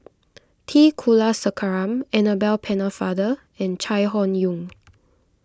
T Kulasekaram Annabel Pennefather and Chai Hon Yoong